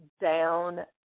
down